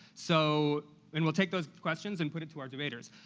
so and we'll take those questions and put it to our debaters.